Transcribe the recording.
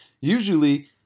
usually